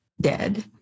dead